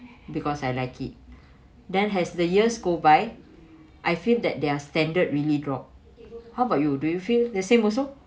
because I like it then as the years go by I feel that their standard really drop how about you do you feel the same also